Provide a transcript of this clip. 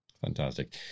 Fantastic